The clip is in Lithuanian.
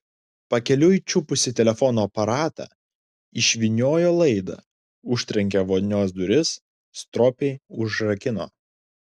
pakeliui čiupusi telefono aparatą išvyniojo laidą užtrenkė vonios duris stropiai užrakino